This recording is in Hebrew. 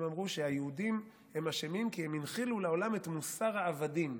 שאמרו שהיהודים אשמים כי הם הנחילו לעולם את מוסר העבדים,